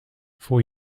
for